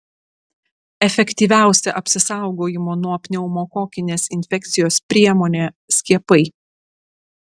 efektyviausia apsisaugojimo nuo pneumokokinės infekcijos priemonė skiepai